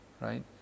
Right